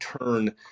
turn